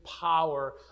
power